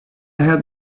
had